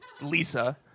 Lisa